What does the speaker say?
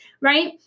right